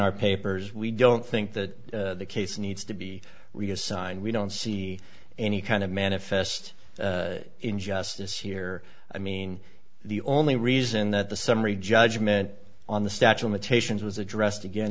our papers we don't think that the case needs to be reassigned we don't see any kind of manifest injustice here i mean the only reason that the summary judgment on the statue imitation it was addressed again